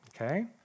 Okay